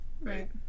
Right